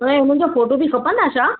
ऐं हुननि जो फ़ोटो बि खपंदा छा